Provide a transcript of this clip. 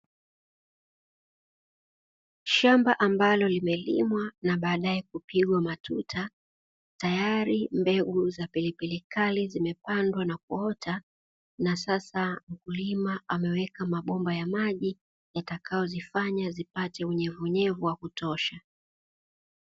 Shamba ambalo limelimwa na baadae kupigwa matuta, tayari mbegu za pilipili kali zimepandwa na kuota, na sasa mkulima ameweka mabomba ya maji yatakayozifanya yapate unyevunyevu wa kutosha.